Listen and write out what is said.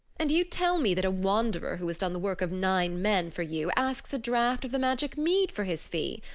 and you tell me that a wanderer who has done the work of nine men for you asks a draught of the magic mead for his fee!